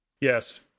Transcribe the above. Yes